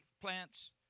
plants